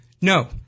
No